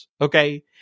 Okay